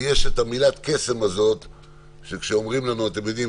ויש את מילת הקסם הזאת שאומרים לנו ואתם יודעים,